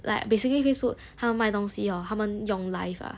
like basically facebook 他们卖东西 hor 他们用 live ah